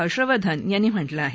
हर्षवर्धन यांनी म्हटलं आहे